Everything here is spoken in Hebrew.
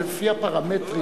לפי הפרמטרים,